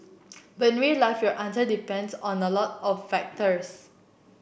but real life your answer depends on a lot of factors